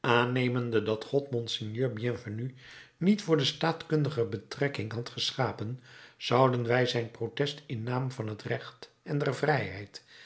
aannemende dat god monseigneur bienvenu niet voor een staatkundige betrekking had geschapen zouden wij zijn protest in naam van het recht en der vrijheid